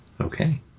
Okay